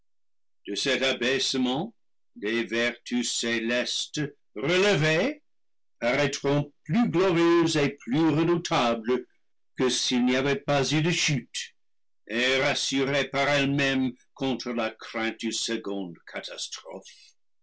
de cet abaissement des vertus célestes relevées paraîtront plus glorieuses et plus redoutables que s'il n'y avait pas eu de chute et rassurées par elles-mêmes contre la crainte d'une seconde catastrophe